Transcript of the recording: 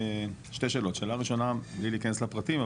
שתי שאלות, שאלה ראשונה, בלי להיכנס לפרטים,